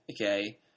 Okay